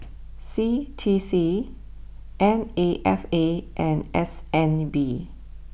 C T C N A F A and S N B